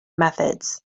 methods